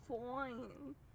fine